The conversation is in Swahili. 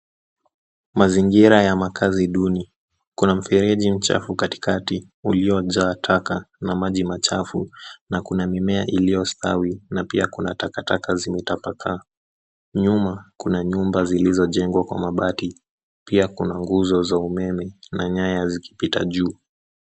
Mazingira ya makazi duni. Kuna mfereji mchafu katikati uliojaa taka na maji machafu. Na kuna mimea iliyostawi, na pia kuna takataka zimetapakaa. Nyuma kuna nyumba zilizojengwa kwa mabati, pia kuna nguzo za umeme na nyaya zikipita juu.